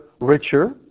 richer